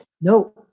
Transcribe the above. no